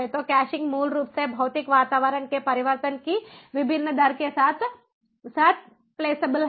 तो कैशिंग मूल रूप से भौतिक वातावरण के परिवर्तन की विभिन्न दर के साथ साथ फ्लेक्सबल है